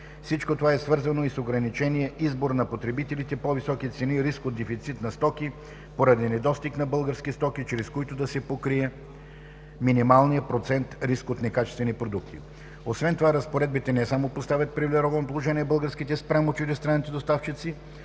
Всичко това е свързано и с ограничения избор на потребителите, по-високи цени, риск от дефицит на стоки, поради недостиг на български стоки, чрез които да се покрие минималният процент риск от некачествени продукти. Освен това разпоредбите не само поставят в привилегировано положение българските спрямо чуждестранните доставчици,